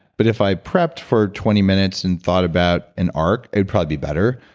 but if i prepped for twenty minutes and thought about an arc, it'd probably be better.